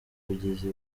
bugizi